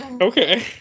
Okay